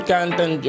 Canton